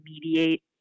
mediate